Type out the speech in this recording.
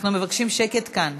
אנחנו מבקשים שקט כאן.